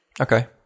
okay